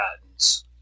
patents